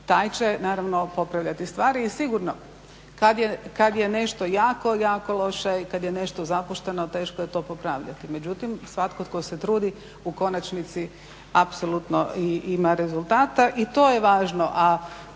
taj će naravno popravljati stvari. I sigurno kada je nešto jako, jako loše i kada je nešto zapušteno teško je to popravljati, međutim svatko tko se trudi u konačnici apsolutno ima rezultata i to je važno.